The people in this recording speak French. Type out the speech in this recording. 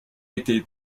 étaient